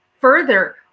further